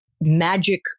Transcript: magic